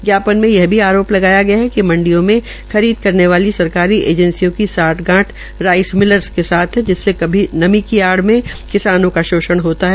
ज्ञापन में यह भी आरोप लगाया गया कि मंडियों में खरीद करने वाली सरकारी एजेंसियों का सांठगांठ राइस मिलर्स के साथ है जिससे कभी नमी की आइ में किसानों का शोषण होता है